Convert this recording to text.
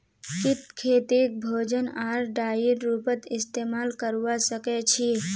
कीट खेतीक भोजन आर डाईर रूपत इस्तेमाल करवा सक्छई